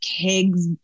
kegs